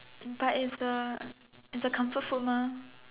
but it's a it's a comfort food mah